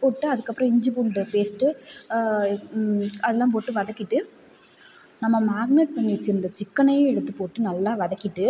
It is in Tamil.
போட்டு அதுக்கு அப்புறம் இஞ்சி பூண்டு பேஸ்ட்டு அதலாம் போட்டு வதக்கிட்டு நம்ம மேக்னெட் பண்ணி வைச்சிருந்த சிக்கனையும் எடுத்து போட்டு நல்லா வதக்கிட்டு